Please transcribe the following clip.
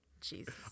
Jesus